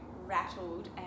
rattled